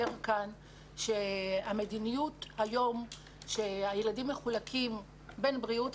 כאן שהמדיניות היום שהילדים מחולקים בין בריאות,